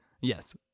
Yes